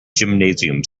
gymnasium